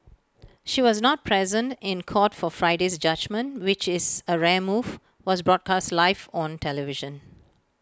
she was not present in court for Friday's judgement which is A rare move was broadcast live on television